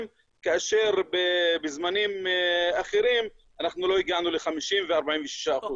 כאשר בזמנים אחרים אנחנו לא הגענו ל-50% ו-46%,